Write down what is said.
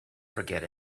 forget